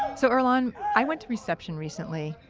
so earlonne, i went to reception recently.